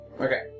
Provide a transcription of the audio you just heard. Okay